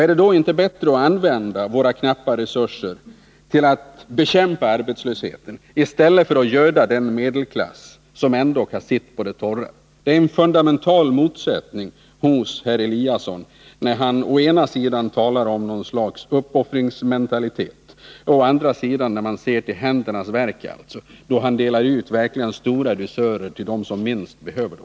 Är det då inte bättre att använda våra knappa resurser till att bekämpa arbetslösheten, i stället för att göda den medelklass som ändå har sitt på det torra? Det är en fundamental motsättning hos herr Eliasson när han å ena sidan talar om något slags uppoffringsmentalitet och å andra sidan ser till händernas verk och delar ut stora dusörer till dem som minst behöver dem.